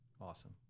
awesome